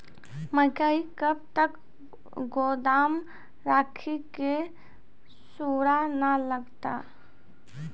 मकई कब तक गोदाम राखि की सूड़ा न लगता?